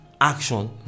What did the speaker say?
action